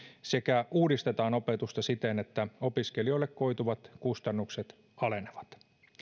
sekä uudistetaan opetusta siten että opiskelijoille koituvat kustannukset alenevat